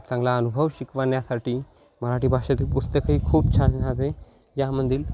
चांगला अनुभव शिकवाण्यासाठी मराठी भाषेतीलील पुस्तकंही खूप छान राहते यामधील